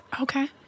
Okay